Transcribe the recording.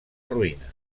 ruïna